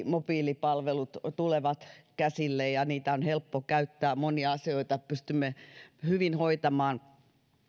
mobiilipalvelut tulevat käsille ja niitä on helppo käyttää monia asioita pystymme hyvin hoitamaan